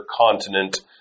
continent